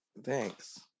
Thanks